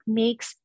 makes